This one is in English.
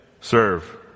serve